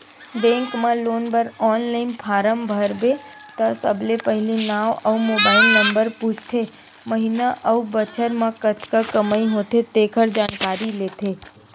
bank म loan बर online फारम भरबे त सबले पहिली नांव अउ मोबाईल नंबर पूछथे, महिना अउ बछर म कतका कमई होथे तेखर जानकारी लेथे